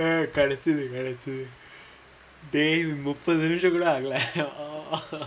என் கழுத்து கழுத்து:en kaluthu kaluthu dey முப்பது நிமிஷம் கூட ஆகல:muppathu nimisham kooda aagala dah